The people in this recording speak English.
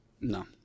No